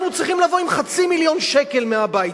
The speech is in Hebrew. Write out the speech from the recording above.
אנחנו צריכים לבוא עם חצי מיליון שקל מהבית.